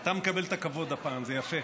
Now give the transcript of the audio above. אתה מקבל את הכבוד הפעם, זה יפה.